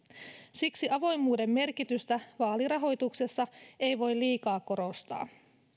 siksi avoimuuden merkitystä vaalirahoituksessa ei voi liikaa korostaa